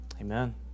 Amen